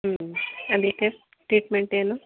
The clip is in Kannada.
ಹ್ಞೂ ಅದಕ್ಕೆ ಟ್ರೀಟ್ಮೆಂಟ್ ಏನು